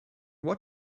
what